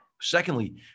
Secondly